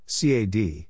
CAD